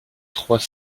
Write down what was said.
trois